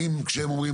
האם כשהם אומרים,